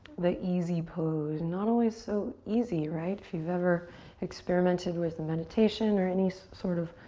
the easy pose, not always so easy, right? if you've ever experimented with a meditation or any sort of,